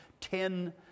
ten